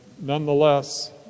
nonetheless